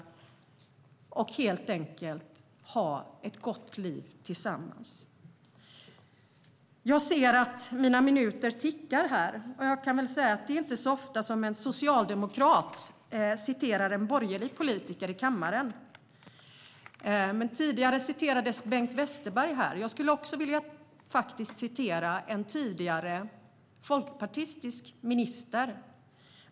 Man ska helt enkelt kunna ha ett gott liv tillsammans. Det är inte så ofta som en socialdemokrat citerar en borgerlig politiker i kammaren. Tidigare citerades Bengt Westerberg. Jag skulle också vilja citera en tidigare folkpartistisk minister.